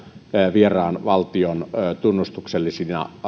vieraan valtion tunnustuksellisina